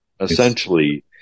essentially